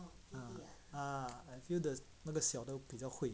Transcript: ah I feel the 那个小的比较会